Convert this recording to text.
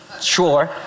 Sure